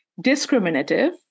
discriminative